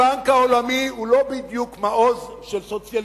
הבנק העולמי, הוא לא בדיוק מעוז של סוציאליסטים,